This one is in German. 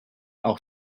auch